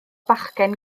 bachgen